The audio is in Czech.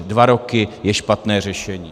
Dva roky je špatné řešení.